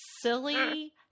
silly